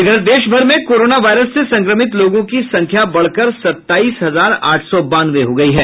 इधर देश भर में कोरोना वायरस से संक्रमित लोगों की संख्या बढ़कर सत्ताईस हजार आठ सौ बानवे हो गयी है